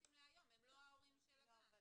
רלבנטיים להיום, הם לא ההורים של הגן.